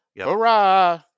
Hurrah